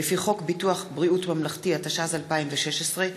התשע"ז 2016,